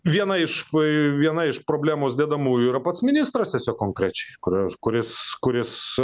viena aiškui viena iš problemos dedamųjų yra pats ministras tiesiog konkrečiai kurios kuris kuris